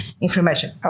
information